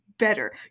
better